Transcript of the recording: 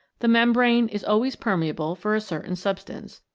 the membrane is always permeable for a certain substance,